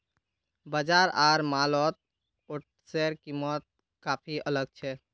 बाजार आर मॉलत ओट्सेर कीमत काफी अलग छेक